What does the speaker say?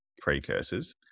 precursors